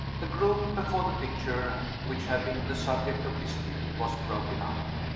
the group before the picture which had been the subject of dispute was broken up.